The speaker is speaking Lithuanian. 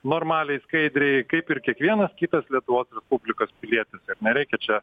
normaliai skaidriai kaip ir kiekvienas kitas lietuvos respublikos pilietis ir nereikia čia